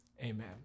Amen